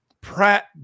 Pratt